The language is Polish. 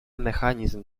mechanizm